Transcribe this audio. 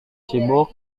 sibuk